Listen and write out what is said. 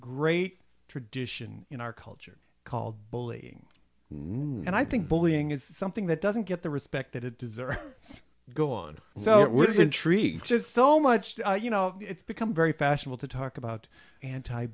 great tradition in our culture called bullying no and i think bullying is something that doesn't get the respect that it does or does go on so it would intrigue just so much that you know it's become very fashionable to talk about anti